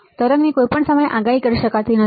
તરંગની કોઈપણ સમયે આગાહી કરી શકાતી નથી